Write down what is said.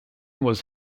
was